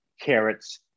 carrots